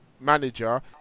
manager